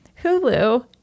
Hulu